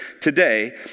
today